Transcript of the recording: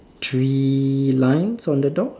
three lines on the door